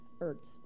earth